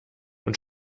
und